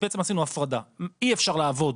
עשינו הפרדה: אי-אפשר לעבוד